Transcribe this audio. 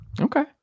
okay